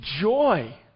joy